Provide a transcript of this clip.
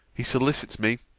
he solicits me,